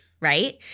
Right